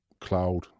cloud